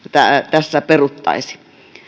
tässä peruuttaisi